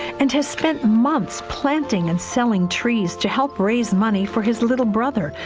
and has spent months planting and selling trees to help raise money for his little brother,